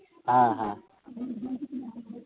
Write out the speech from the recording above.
ᱦᱮᱸ ᱦᱮᱸ